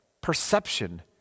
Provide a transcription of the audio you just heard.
perception